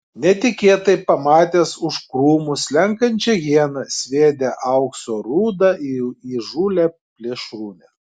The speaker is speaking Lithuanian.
netikėtai pamatęs už krūmų slenkančią hieną sviedė aukso rūdą į įžūlią plėšrūnę